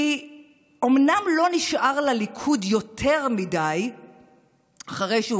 כי אומנם לא נשאר לליכוד יותר מדי אחרי שהוא